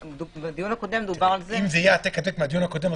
בדיון הקודם דובר על זה --- אם זה יהיה העתק-הדבק מהדיון הקודם,